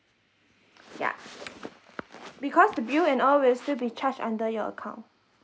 ya because the bill and all will still be charged under your account